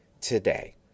today